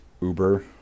Uber